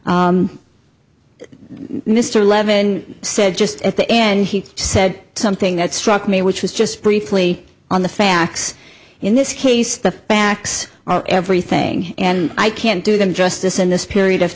mr levin said just at the end he said something that struck me which was just briefly on the facts in this case the facts are everything and i can't do them justice in this period of